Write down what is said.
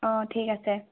অঁ ঠিক আছে